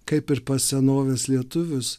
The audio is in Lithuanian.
kaip ir pas senovės lietuvius